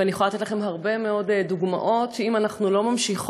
ואני יכולה לתת לכן הרבה מאוד דוגמאות לכך שאם אנחנו לא ממשיכות